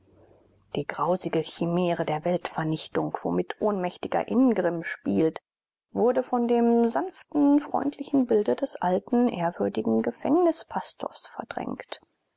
die grausige chimäre der weltvernichtung womit ohnmächtiger ingrimm spielt wurde von dem sanften freundlichen bilde des alten ehrwürdigen gefängnispastors verdrängt